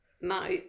No